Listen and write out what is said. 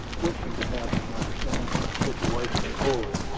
wishing to have him understand my situation fully.